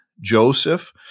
Joseph